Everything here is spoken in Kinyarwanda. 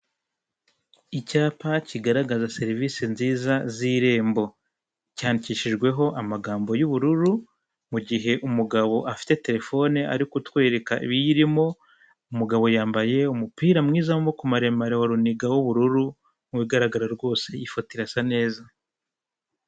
Icyapa kigaragaza serivisi nziza z'irembo cyandikishijweho amagambo y'ubururu mu gihe umugabo afite telefone ari kutwereka ibiyirimo umugabo yambaye umupira mwiza w'amaboko maremare wa runiga w'ubururu mu bigaragara rwose iyi foto irasa neza.